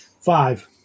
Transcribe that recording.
Five